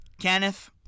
Kenneth